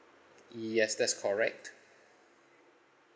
yes that's correct